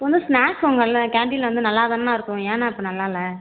இப்போ வந்து ஸ்நாக்ஸ் உங்கள்ல கேன்டினில் வந்து நல்லா தாண்ணா இருக்கும் ஏண்ணா இப்போ நல்லால்ல